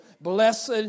Blessed